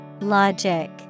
Logic